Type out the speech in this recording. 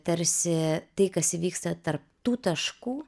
tarsi tai kas įvyksta tarp tų taškų